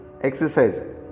exercise